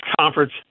conference